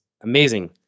amazing